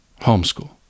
homeschool